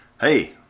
Hey